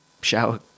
shower